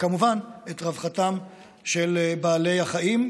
כמובן את רווחתם של בעלי החיים,